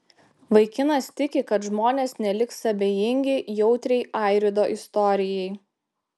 vaikinas tiki kad žmonės neliks abejingi jautriai airido istorijai